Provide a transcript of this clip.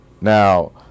Now